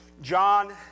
John